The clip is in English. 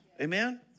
Amen